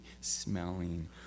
smelling